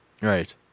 Right